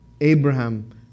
Abraham